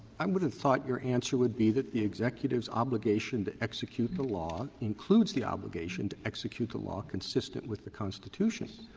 i would have thought your answer would be that the executive's obligation to execute the law includes the obligation to execute the law consistent with the constitution.